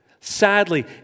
sadly